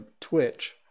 Twitch